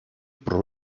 про